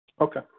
Okay